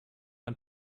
ein